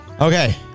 okay